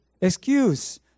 Excuse